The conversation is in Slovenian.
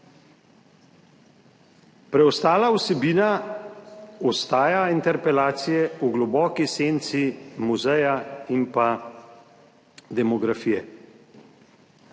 Preostala vsebina interpelacije ostaja v globoki senci muzeja in pa demografije.